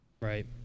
Right